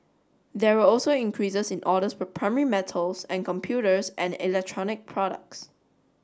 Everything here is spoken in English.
there were also increases in orders for primary metals and computers and electronic products